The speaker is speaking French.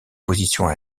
position